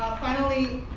finally,